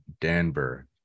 Denver